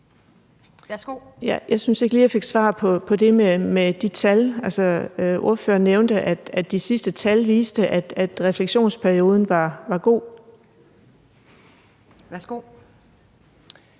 at jeg fik svar på det med de tal. Ordføreren nævnte, at de sidste tal viser, at refleksionsperioden er god. Kl.